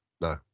no